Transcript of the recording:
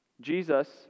Jesus